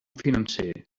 financer